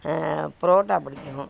பரோட்டா பிடிக்கும்